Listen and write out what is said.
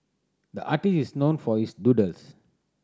the artist is known for his doodles